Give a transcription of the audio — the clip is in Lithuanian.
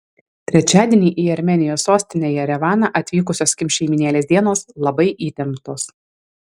trečiadienį į armėnijos sostinę jerevaną atvykusios kim šeimynėlės dienos labai įtemptos